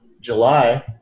July